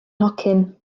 nhocyn